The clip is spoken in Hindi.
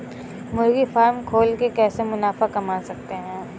मुर्गी फार्म खोल के कैसे मुनाफा कमा सकते हैं?